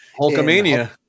hulkamania